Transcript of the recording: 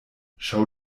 schau